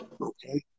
Okay